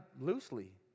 loosely